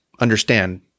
understand